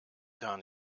gar